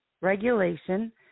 regulation